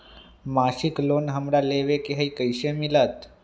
मासिक लोन हमरा लेवे के हई कैसे मिलत?